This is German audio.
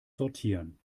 sortieren